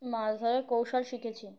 মাছ ধরের কৌশল শিখেছি